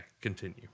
continue